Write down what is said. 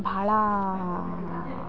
ಭಾಳ